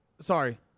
Sorry